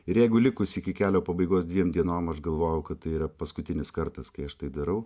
ir jeigu likus iki kelio pabaigos dviem dienom aš galvojau kad tai yra paskutinis kartas kai aš tai darau